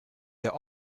their